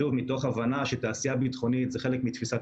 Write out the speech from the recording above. מתוך הבנה שתעשייה ביטחונית זה חלק מתפיסת